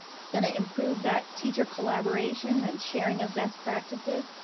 it's gonna improve that teacher collaboration and sharing of best practices,